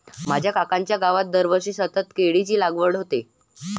माझ्या काकांच्या गावात दरवर्षी सतत केळीची लागवड होते